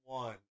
one